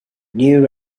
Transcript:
new